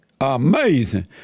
Amazing